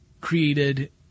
created